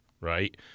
right